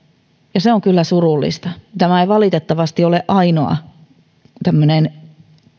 ja se on kyllä surullista tämä ei valitettavasti ole ainoa tämmöinen